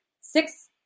six